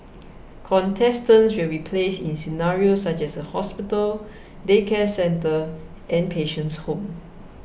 contestants will be placed in scenarios such as a hospital daycare centre and patient's home